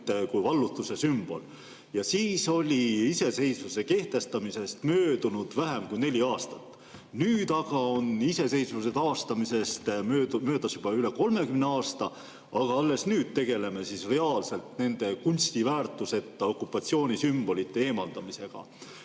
kui vallutuse sümbol. Siis oli iseseisvuse kehtestamisest möödunud vähem kui neli aastat. Nüüd on iseseisvuse taastamisest möödas juba üle 30 aasta, aga alles nüüd tegeleme reaalselt nende kunstiväärtuseta okupatsioonisümbolite eemaldamisega.